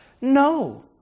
No